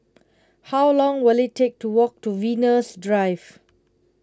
how long will it take to walk to Venus Drive